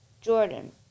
Jordan